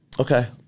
Okay